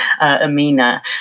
Amina